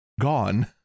gone